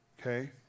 Okay